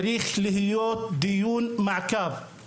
צריך להיות דיון מעקב בנושא הזה.